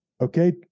okay